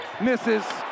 misses